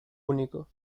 único